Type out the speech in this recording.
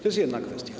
To jest jedna kwestia.